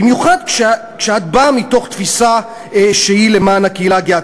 במיוחד כשאת באה מתוך תפיסה שהיא למען הקהילה הגאה.